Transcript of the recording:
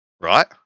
right